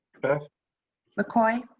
beth mccoy?